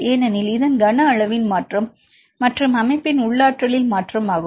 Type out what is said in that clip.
ஏனெனில் அதன் கனஅளவின் மாற்றம் மற்றும் அமைப்பின் உள் ஆற்றலில் மாற்றம் ஆகும்